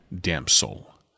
damsel